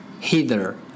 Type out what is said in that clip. hither